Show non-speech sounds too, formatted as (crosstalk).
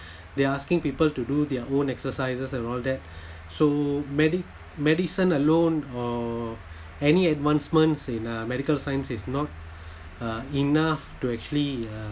(breath) they asking people to do their own exercises and all that (breath) so medi~ medicine alone or (breath) any advancements in uh medical science is not (breath) uh enough to actually uh